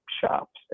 shops